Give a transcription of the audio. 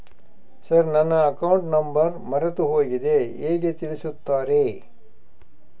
Sir ನನ್ನ account number ಮರೆತುಹೋಗಿದೆ ಹೇಗೆ ತಿಳಿಸುತ್ತಾರೆ?